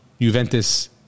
Juventus